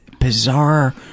bizarre